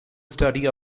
study